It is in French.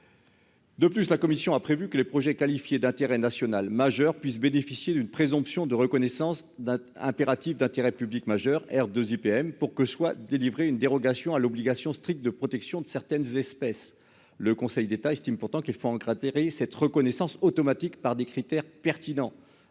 De plus, la Commission a prévu que les projets qualifiés d'intérêt national majeur puisse bénéficier d'une présomption de reconnaissance d'un impératif d'intérêt public majeur R 2 IPM pour que soient délivrer une dérogation à l'obligation stricte de protection de certaines espèces. Le Conseil d'État estime pourtant qu'il faut encore atterri cette reconnaissance automatique par des critères pertinents.